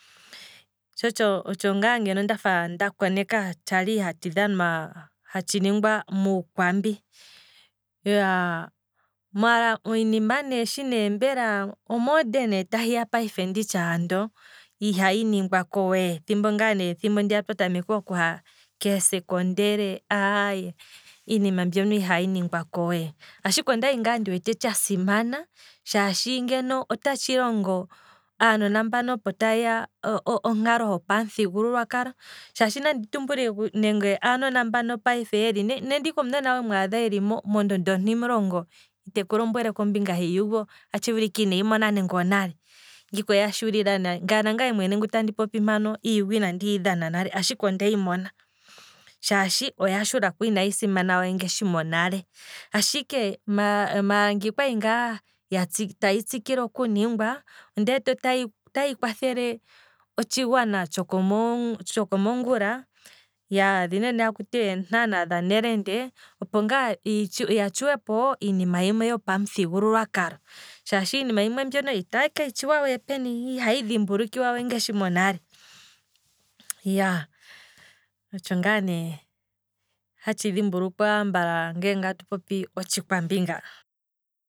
Tsho otsho ngaa ngeno ndafa nda koneka tshali hatshi dhanwa, hatshi ningwa muukwambi, maala iinima nee payife shi mbela omerde ne tayi ya nditshi ando ihayi ningwako we, thimbo ngaa ne ndiya twa tameka okuha keesekondele aaye iinima mbyono ihayi ningwako we, ashike okwali ngaa ndi wete tshasimana molwaashoka otatshi longo aanona mbano opo ta yeya onkalo ho pamuthigululwakalo, shaashi nandi tumbule, nande ike aanona mbaka opo ta yeya mba, nande ike omunona we mwadha eli mpo mondondo ontimulongo, iteku lombwele kombinga hiiyugo, atshi vulika ineyi mona nande onale, ngiika oya shuulila nande omo, nangaye ngu te popi mpano iiyugo inandi yi dhana nale ashike ondeyi mona, shaashi oya shulako inayi simana we ngaashi monale, ashike maala ngeno okwali ngaa tayi tsikile oku ningwa, ondi wete otayi kwathele otshi gwana tshoko mongula, dhino ne hakuti eentana dha nelende opo ngaa dhi tshuwe iinima yimwe ypamuthigululwakalo, shaashi iinima yimwe mbyono otaye keyi tshuwa we peni yo ihayi dhimbulukiwa we ngaashi monale, iyaaa, otsho ngaa ne hatshi dhimbulukiwa nge atu popi otshikwambi ngaa.